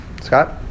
Scott